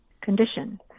condition